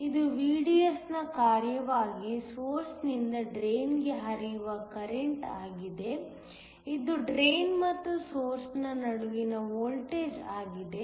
ಇದು VDS ನ ಕಾರ್ಯವಾಗಿ ಸೊರ್ಸ್ ನಿಂದ ಡ್ರೈನ್ಗೆ ಹರಿಯುವ ಕರೆಂಟ್ ಆಗಿದೆ ಇದು ಡ್ರೈನ್ ಮತ್ತು ಸೊರ್ಸ್ ನ ನಡುವಿನ ವೋಲ್ಟೇಜ್ ಆಗಿದೆ